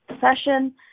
session